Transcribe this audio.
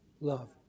love